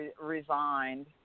resigned